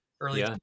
early